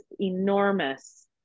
enormous